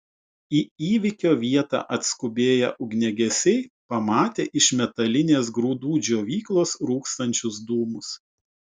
į įvykio vietą atskubėję ugniagesiai pamatė iš metalinės grūdų džiovyklos rūkstančius dūmus